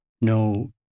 No